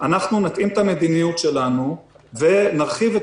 אנחנו נתאים את המדיניות שלנו ונרחיב את